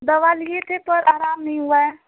दवा लिए थे पर आराम नहीं हुआ है